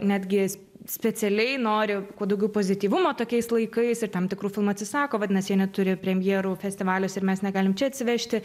netgi specialiai nori kuo daugiau pozityvumo tokiais laikais ir tam tikrų filmų atsisako vadinasi jie neturi premjerų festivaliuose ir mes negalim čia atsivežti